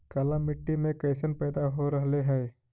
काला मिट्टी मे कैसन पैदा हो रहले है?